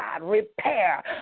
repair